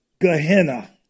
Gehenna